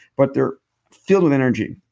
but they're filled with energy.